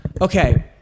okay